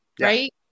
right